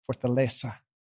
fortaleza